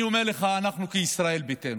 אני אומר לך, אנחנו, כישראל ביתנו,